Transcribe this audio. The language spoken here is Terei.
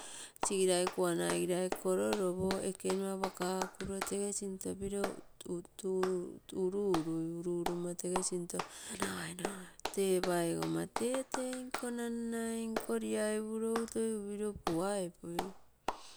Sigirai kuanai girai kororopo ekenuapakakuro tese sinto piro uru urui, uru urumo tese sinto nagai ino tee paisoma tetei nko nannainko uaipuro egu toi upiro kuaipui.